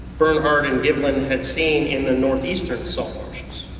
bernhardt and gibbon had seen in the northeastern salt marshes.